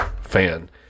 fan